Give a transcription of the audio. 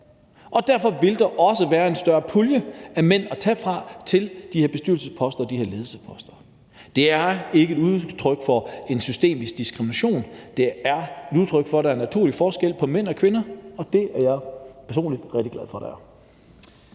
og derfor vil der også være en større pulje af mænd at tage fra til de her bestyrelsesposter og de her ledelsesposter. Det er ikke udtryk for en systemisk diskrimination, det er et udtryk for, at der naturligt er forskel på mænd og kvinder, og det er jeg personligt rigtig glad for der er.